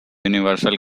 universal